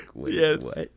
Yes